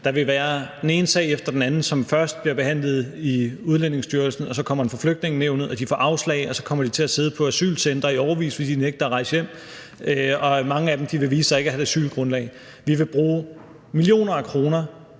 Der vil være den ene sag efter den anden, som først bliver behandlet i Udlændingestyrelsen og så kommer for Flygtningenævnet, og de får afslag, og så kommer de til at sidde på asylcentre i årevis, fordi de nægter at rejse hjem, og mange af dem vil vise sig ikke at have et asylgrundlag. Vi vil bruge millioner af kroner.